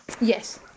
Yes